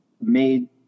made